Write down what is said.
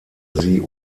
sie